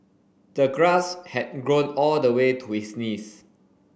the grass had grown all the way to his knees